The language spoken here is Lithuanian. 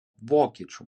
vokiečių